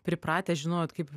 pripratę žinojot kaip